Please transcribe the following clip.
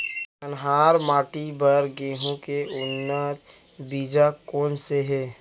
कन्हार माटी बर गेहूँ के उन्नत बीजा कोन से हे?